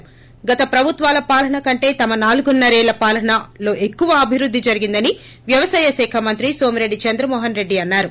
ి గత ప్రభుత్వాల పాలన కంటే తమ నాలుగున్నరేళ్ళ పాలనలో ఎక్కువ అభివృద్ది జురిగిందని వ్యవసాయ శాఖ మంత్రి నో మిరెడ్డి చంద్రమోహన్ రెడ్డి అన్నారు